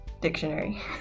dictionary